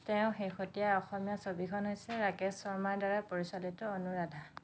তেওঁৰ শেহতীয়া অসমীয়া ছবিখন হৈছে ৰাকেচ চৰ্মাৰ দ্বাৰা পৰিচালিত অনুৰাধা